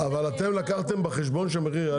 אבל אתם לקחתם בחשבון שהמחיר יעלה?